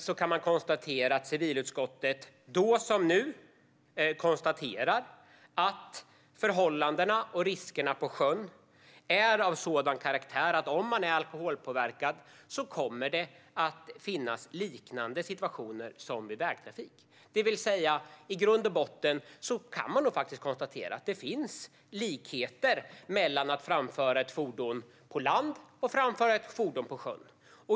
Då som nu konstaterar civilutskottet att förhållandena och riskerna på sjön är av sådan karaktär att om man är alkoholpåverkad kommer det att uppstå liknande situationer som i vägtrafiken. Man kan alltså konstatera att det i grund och botten finns likheter mellan att framföra ett fordon på land och att framföra ett fordon på sjön.